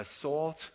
assault